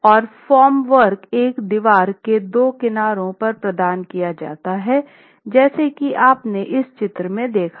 और फॉर्मवर्क एक दीवार के दो किनारों पर प्रदान किया जाता है जैसा कि आपने इस चित्र में देखा है